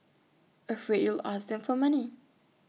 afraid you'll ask them for money